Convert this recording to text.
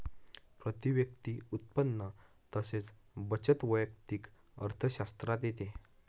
प्रती व्यक्ती उत्पन्न तसेच बचत वैयक्तिक अर्थशास्त्रात येते